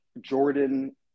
Jordan